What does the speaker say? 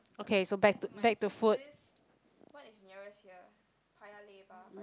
okay so back to back to food